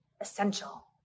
essential